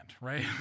right